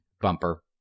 bumper